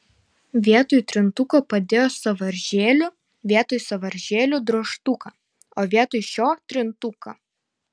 vietoj trintuko padėjo sąvaržėlių vietoj sąvaržėlių drožtuką o vietoj šio trintuką